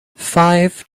five